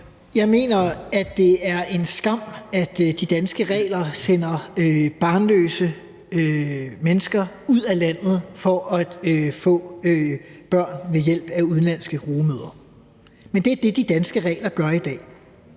Jeg mener, at det er en skam, at de danske regler sender barnløse mennesker ud af landet for at få børn ved hjælp af udenlandske rugemødre. Men det er det, de danske regler gør i dag.